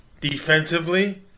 Defensively